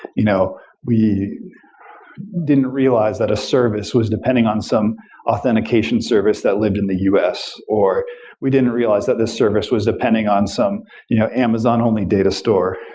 you know we didn't realize that a service was depending on some authentication service that lived in the us, or we didn't realize that the service was depending on some you know amazon only data store.